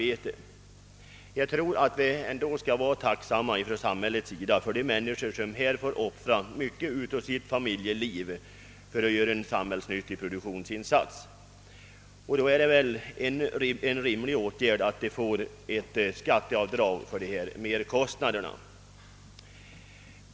Från samhällets sida skall man därför vara tacksam för att många människor offrar mycket av sitt familjeliv för att göra en nyttig insats i produk tionen på annan ort, Och då är det också rimligt att de får göra avdrag för sina merkostnader.